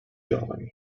giovani